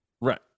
Right